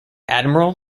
admiral